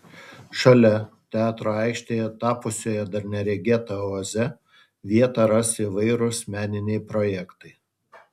šalia teatro aikštėje tapusioje dar neregėta oaze vietą ras įvairūs meniniai projektai